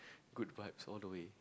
Good Vibes all the way